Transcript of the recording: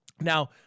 Now